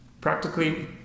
Practically